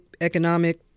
economic